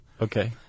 Okay